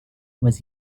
was